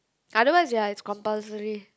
otherwise ya is compulsory